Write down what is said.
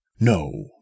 No